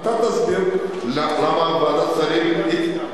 אתה תסביר למה ועדת שרים התנגדה.